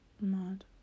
mad